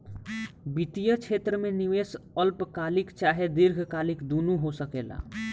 वित्तीय क्षेत्र में निवेश अल्पकालिक चाहे दीर्घकालिक दुनु हो सकेला